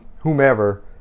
whomever